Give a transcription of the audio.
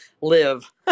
live